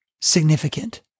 significant